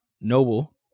Noble